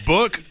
Book